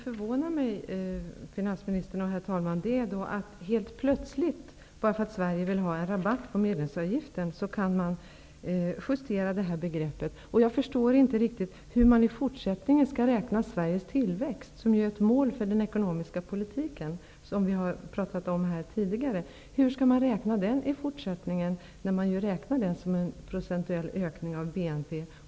Herr talman! Det som förvånar mig, finansministern, är att man helt plötsligt, därför att man vill att Sverige skall få en rabatt på medlemsavgiften, kan justera det här begreppet. Jag förstår inte riktigt hur man i fortsättningen skall räkna Sveriges tillväxt, som ju är ett mål för den ekonomiska politiken. Det har vi talat om tidigare. Tillväxten räknas ju som en procentuell ökning av BNP.